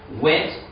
went